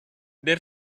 their